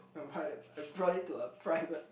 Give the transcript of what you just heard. I buy it I brought it to a private